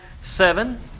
seven